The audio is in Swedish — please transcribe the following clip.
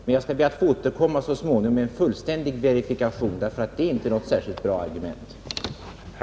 Men jag skall be att få återkomma så småningom med en fullständig verifikation, därför att detta är inget särskilt bra argument mot tanken på ett programråd.